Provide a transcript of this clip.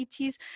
ETs